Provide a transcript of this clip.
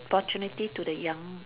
opportunity to the young